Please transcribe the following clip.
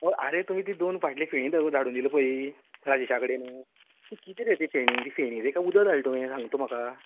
आरे तुवें ती दोन बाटलें फेणीं धाडून दिल्यां पळय राजेशा कडेन ती किदें रे ती फेणीं ती फेणीं रे काय उदक धाडल्या तुवें सांगता तूं म्हाका